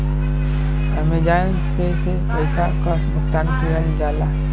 Amazon pay से पइसा क भुगतान किहल जाला